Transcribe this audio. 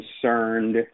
concerned